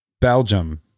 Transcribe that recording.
Belgium